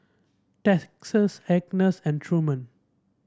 Texas Agness and Truman